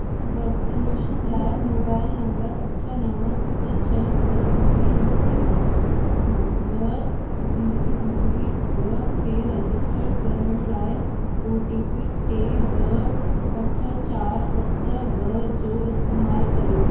vaccination लाइ mobile number अठ नव सत छह ॿ ॿुड़ी हिकु ॿ ज़ीरो ॿुड़ी ॿ खे रजिस्टर करण लाइ ओ टी पी टे ॿ अठ चारि सत ॿ जो इस्तेमालु करियो